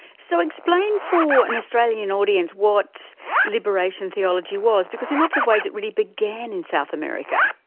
so explain for an australian audience what liberation theology was, because in lots of ways it really began in south america?